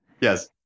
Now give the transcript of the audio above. Yes